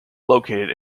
located